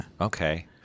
Okay